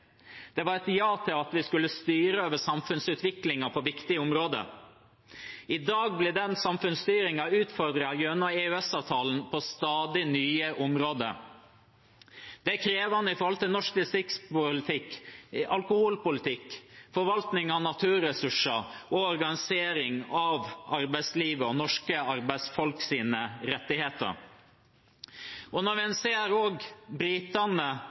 Det var et ja til at vi skulle styre over samfunnsutviklingen på viktige områder. I dag blir den samfunnsstyringen utfordret gjennom EØS-avtalen på stadig nye områder. Det er krevende i forhold til norsk distriktspolitikk, alkoholpolitikk, forvaltning av naturressurser og organisering av arbeidslivet og norske arbeidsfolks rettigheter. Når en også ser at britene